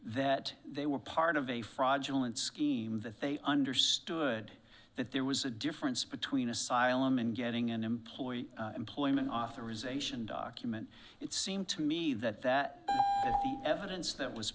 that they were part of a fraudulent scheme that they understood that there was a difference between asylum and getting an employee employment authorization document it seemed to me that that evidence that was